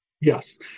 Yes